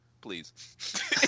Please